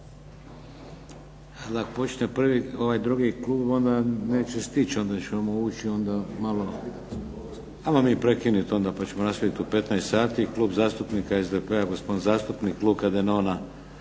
Ako počne ovaj drugi klub onda neće stići, ona ćemo ući onda malo. Hajmo mi prekinuti onda pa ćemo nastaviti u 15,00 sati. Klub zastupnika SDP-a, gospodin zastupnik Luka Denona.